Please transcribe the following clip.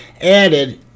added